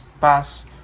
pass